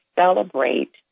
celebrate